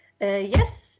yes